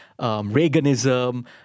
Reaganism